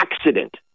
accident